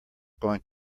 going